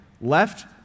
left